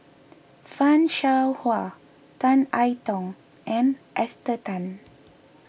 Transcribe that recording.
Fan Shao Hua Tan I Tong and Esther Tan